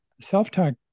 Self-talk